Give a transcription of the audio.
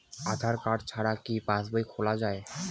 আধার card ছাড়া কি পাসবই খোলা যায়?